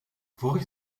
vorig